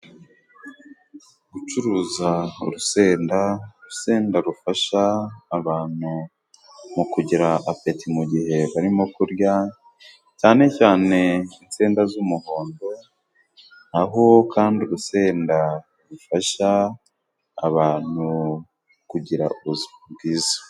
Gucuruza urusenda, urusenda rufasha abantu mu kugira apeti mu gihe barimo kurya, cyane cyane insenda z'umuhondo, aho kandi urusenda rufasha abantu kugira ubuzima bwiza.